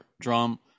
drum